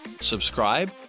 subscribe